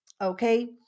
Okay